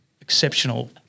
exceptional